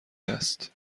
است